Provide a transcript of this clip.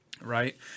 right